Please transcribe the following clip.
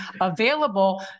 available